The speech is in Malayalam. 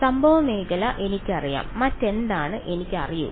സംഭവ മേഖല എനിക്കറിയാം മറ്റെന്താണ് എനിക്കറിയുക